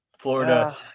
Florida